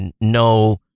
no